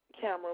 camera